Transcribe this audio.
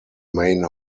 main